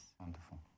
wonderful